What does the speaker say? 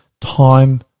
time